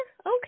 Okay